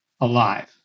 alive